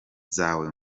zawe